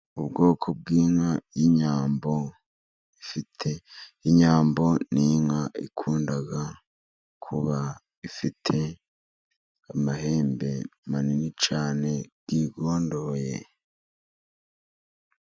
Ubwoko bw'inka y'inyambo ifite, inyambo ni inka ikunda kuba ifite amahembe manini cyane yigondoye.